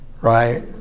Right